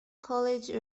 college